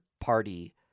party